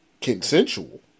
consensual